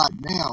now